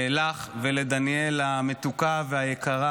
לך ולדניאל המתוקה והיקרה.